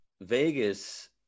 Vegas